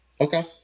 Okay